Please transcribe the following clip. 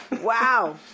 Wow